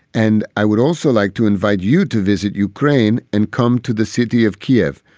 and i would also like to invite you to visit ukraine and come to the city of kiev,